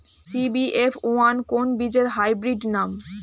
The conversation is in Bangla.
সি.বি.এফ ওয়ান কোন বীজের হাইব্রিড নাম?